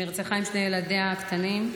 שנרצחה עם שני ילדיה הקטנים,